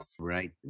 Right